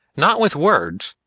not with words,